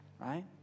right